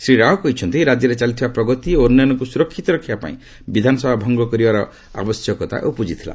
ଶ୍ରୀ ରାଓ କହିଛନ୍ତି ରାଜ୍ୟରେ ଚାଲିଥିବା ପ୍ରଗତି ଓ ଉନ୍ନୟନକୁ ସୁରକ୍ଷିତ ରଖିବା ପାଇଁ ବିଧାନସଭା ଭଙ୍ଗା କରିବାର ଆବଶ୍ୟକତା ଉପୁଜିଥିଲା